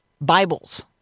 Bibles